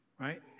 right